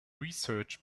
research